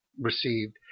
received